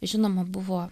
žinoma buvo